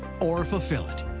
or fulfill it?